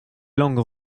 langues